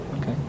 okay